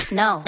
no